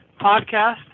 podcast